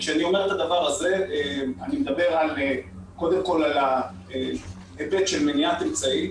כשאני אומר את זה אני מדבר קודם כל על ההיבט של מניעת אמצעים,